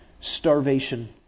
starvation